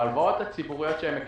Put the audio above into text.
בהלוואות הציבוריות שהם מקבלים,